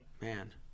man